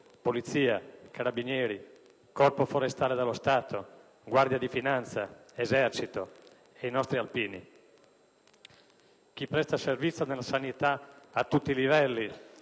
(Polizia, Carabinieri, Corpo forestale dello Stato, Guardia di finanza, Esercito, i nostri Alpini), chi presta servizio nella sanità a tutti i livelli